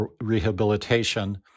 rehabilitation